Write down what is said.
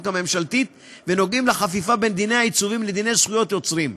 הממשלתית ונוגעים בחפיפה בין דיני העיצובים לדיני זכויות יוצרים.